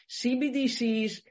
CBDCs